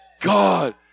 God